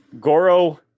Goro